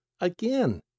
again